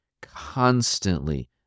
constantly